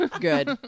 Good